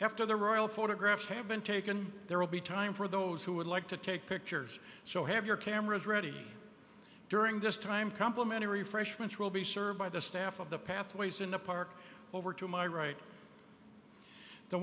after the royal photographs have been taken there will be time for those who would like to take pictures so have your cameras ready during this time complimentary freshman's will be served by the staff of the pathways in the park over to my right the